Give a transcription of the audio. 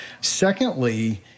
Secondly